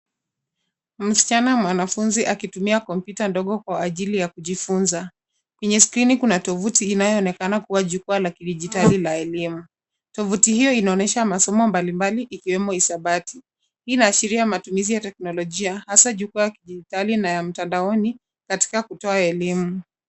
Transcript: Msichana mwanafunzi akitumia kompyuta ndogo kwa ajili ya kujifunza. Kwenye skrini yake kuna tovuti inayoonekana kuwa jukwaa la kidijitali la elimu. Tovuti hiyo inaonyesha masomo mbalimbali ikiwemo hisabati. Hii inaashiria matumizi ya teknolojia hasa jukwaa ya kidijitali na ya mtandaoni katika kutoa elimu.